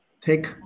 take